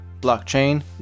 Blockchain